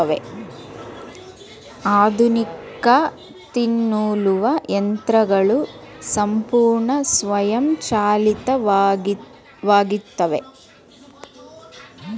ಆಧುನಿಕ ತ್ತಿ ನೂಲುವ ಯಂತ್ರಗಳು ಸಂಪೂರ್ಣ ಸ್ವಯಂಚಾಲಿತವಾಗಿತ್ತವೆ